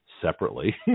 separately